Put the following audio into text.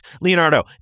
Leonardo